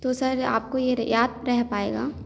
तो सर आपको ये याद रह पाएगा